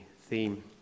theme